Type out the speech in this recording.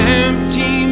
empty